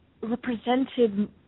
represented